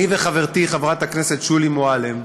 אני וחברתי חברת הכנסת שולי מועלם,